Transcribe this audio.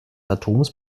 atoms